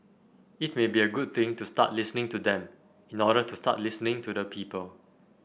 it may be a good thing to start listening to them in order to start listening to the people